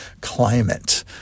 climate